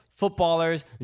footballers